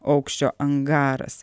aukščio angaras